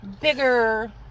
bigger